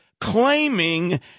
claiming